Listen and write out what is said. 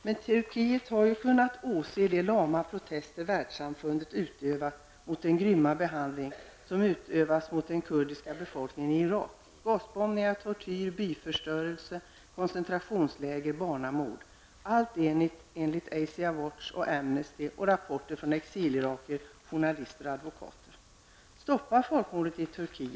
Men Turkiet har kunnat åse de lama protester världssamfundet utövat mot den grymma behandling som utövats mot den kurdiska befolkningen i Irak: gasbombningar, tortyr, byförstörelse, koncentrationsläger -- barnamord; allt enligt Asia Watch, Amnesty och rapporter från exilirakier, journalister och advokater. Stoppa folkmordet i Turkiet!